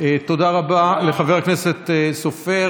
תודה רבה לחבר הכנסת סופר.